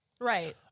Right